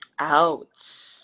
Ouch